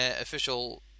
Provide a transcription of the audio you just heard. official